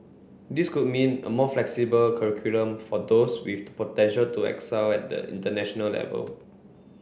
this could mean a more flexible curriculum for those with the potential to excel at the international level